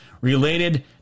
related